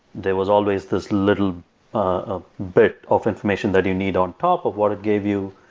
there was always this little ah bit of information that you need on top of what it gave you.